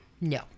No